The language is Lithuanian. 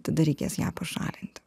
tada reikės ją pašalinti